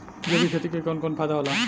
जैविक खेती क कवन कवन फायदा होला?